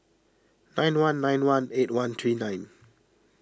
nine one nine one eight one three nine